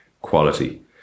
quality